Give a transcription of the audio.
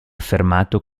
affermato